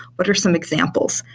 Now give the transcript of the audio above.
what are some examples?